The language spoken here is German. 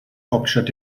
hauptstadt